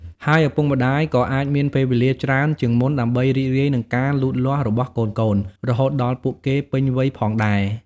ហើយឪពុកម្តាយក៏អាចមានពេលវេលាច្រើនជាងមុនដើម្បីរីករាយនឹងការលូតលាស់របស់កូនៗ រហូតដល់ពួកគេពេញវ័យផងដែរ។